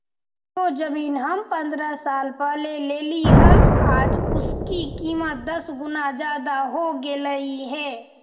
जो जमीन हम पंद्रह साल पहले लेली हल, आज उसकी कीमत दस गुना जादा हो गेलई हे